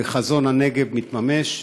וחזון הנגב מתממש.